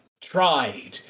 tried